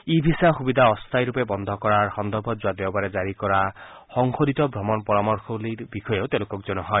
ই visa সুবিধা অস্থায়ীৰূপে বন্ধ কৰা সন্দৰ্ভত যোৱা দেওবাৰে জাৰি কৰা সংশোধিত ভ্ৰমণ পৰামৰ্শৱলীৰ বিষয়েও তেওঁলোকক জনোৱা হয়